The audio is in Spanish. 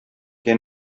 que